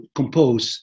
compose